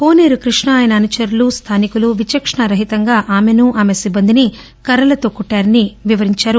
కోసేరు కృష్ణ ఆయన అనుచరులు స్థానికులు విచక్షణా రహితంగా ఆమెను ఆమె సిబ్బందిని కర్రలతో కొట్టారని వివరించారు